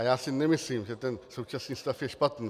Já si nemyslím, že je současný stav špatný.